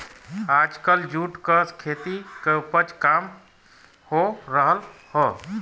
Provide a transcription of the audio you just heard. आजकल जूट क खेती क उपज काम हो रहल हौ